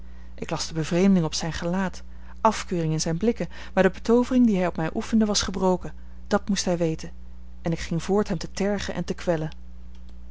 ik las de bevreemding op zijn gelaat afkeuring in zijn blikken maar de betoovering die hij op mij oefende was gebroken dat moest hij weten en ik ging voort hem te tergen en te kwellen